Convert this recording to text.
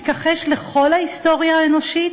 מתכחש לכל ההיסטוריה האנושית,